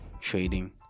trading